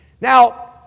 Now